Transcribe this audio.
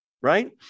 Right